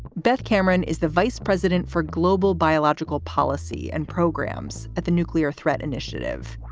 beth cameron is the vice president for global biological policy and programs at the nuclear threat initiative.